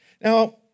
Now